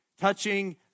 Touching